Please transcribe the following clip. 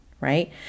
right